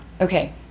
Okay